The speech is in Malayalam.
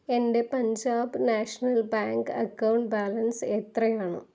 എൻ്റെ Punjab national bank account balance എത്രയാണ്